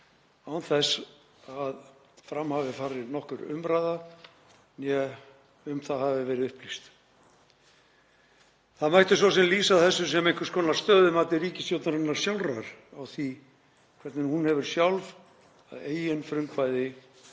án þess að fram hafi farið nokkur umræða eða að um það hafi verið upplýst. Það mætti svo sem lýsa þessu sem einhvers konar stöðumati ríkisstjórnarinnar sjálfrar á því hvernig hún hefur sjálf að eigin frumkvæði